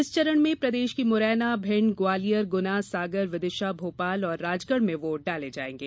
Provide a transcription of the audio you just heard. इस चरण में प्रदेश की मुरैना भिंड ग्वालियर गुना सागर विदिशा भोपाल और राजगढ़ में वोट डाले जायेंगे